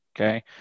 Okay